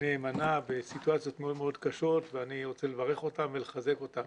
נאמנה בסיטואציות מאוד מאוד קשות ואני רוצה לברך אותם ולחזק אותם.